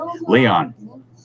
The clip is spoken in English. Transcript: Leon